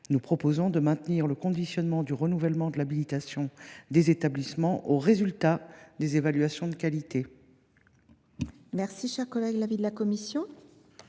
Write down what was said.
Nous proposons donc de maintenir le conditionnement du renouvellement de l’habilitation des établissements au résultat des évaluations de qualité. Quel est l’avis de la commission